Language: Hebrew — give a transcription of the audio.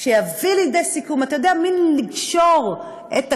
שיביא לידי סיכום, אתה יודע, מן, לקשור את הקצוות.